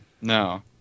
No